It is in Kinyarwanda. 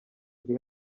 ndi